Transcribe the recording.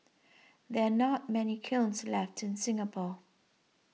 there are not many kilns left in Singapore